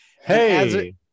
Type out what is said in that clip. Hey